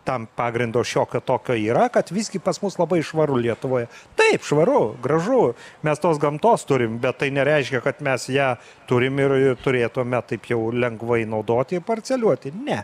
tam pagrindo šiokio tokio yra kad visgi pas mus labai švaru lietuvoje taip švaru gražu mes tos gamtos turim bet tai nereiškia kad mes ją turim ir ir turėtume taip jau lengvai naudoti ir parceliuoti ne